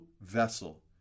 vessel